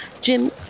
Jim